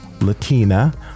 Latina